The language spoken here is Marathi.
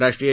राष्ट्रीय